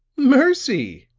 mercy!